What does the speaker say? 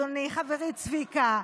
אדוני חברי צביקה,